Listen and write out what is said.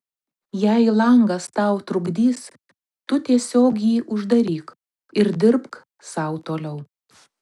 jei langas tau trukdys tu tiesiog jį uždaryk ir dirbk sau toliau